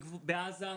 אני הייתי בעזה,